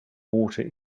water